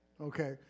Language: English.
okay